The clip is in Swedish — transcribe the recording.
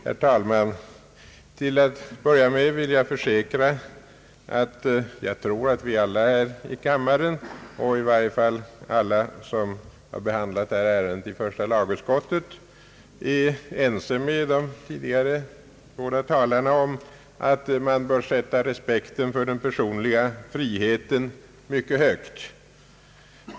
Herr talman! Till att börja med vill jag försäkra att jag tror att vi alla här i kammaren — i varje fall alla som har varit med om att behandla det här ärendet i första lagutskottet — är ense med de tidigare båda talarna om att man bör sätta respekten för den personliga friheten mycket högt.